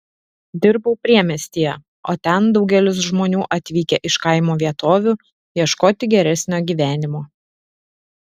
dirbau priemiestyje o ten daugelis žmonių atvykę iš kaimo vietovių ieškoti geresnio gyvenimo